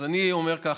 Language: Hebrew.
אז אני אומר ככה: